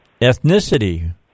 ethnicity